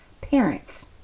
parents